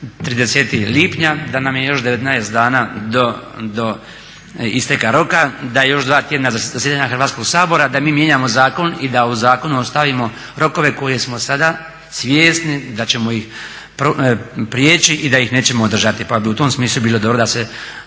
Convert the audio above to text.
30. lipnja, da nam je još 19 dana do isteka roka, da je još 2 tjedna zasjedanja Hrvatskog sabora, da mi mijenjamo zakon i da u zakonu ostavimo rokove koje smo sada svjesni da ćemo ih prijeći i da ih nećemo održati, pa bi u tom smislu bilo dobro da se